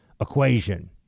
equation